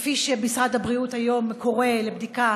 כפי שמשרד הבריאות היום קורא להיבדק,